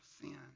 sin